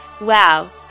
Wow